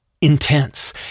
intense